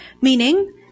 Meaning